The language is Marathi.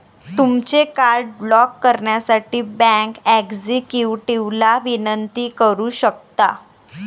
तुमचे कार्ड ब्लॉक करण्यासाठी बँक एक्झिक्युटिव्हला विनंती करू शकता